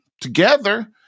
together